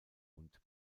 und